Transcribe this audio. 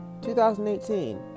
2018